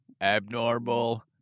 Abnormal